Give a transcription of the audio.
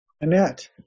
Annette